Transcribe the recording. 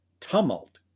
tumult